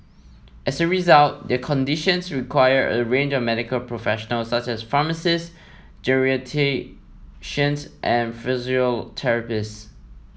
as a result their conditions require a range of medical professionals such as pharmacists geriatricians and physiotherapists